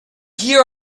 here